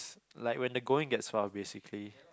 like when the going gets tough basically